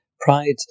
Pride